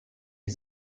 his